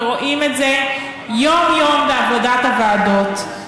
ורואים את זה יום-יום בעבודת הוועדות.